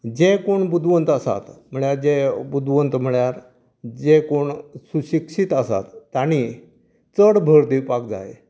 जे कोण बुदवंत आसात म्हळ्यार जे बुदवंत म्हळ्यार जें कोण सुक्षिशीत आसात तांणी चड भर दिवपाक जाय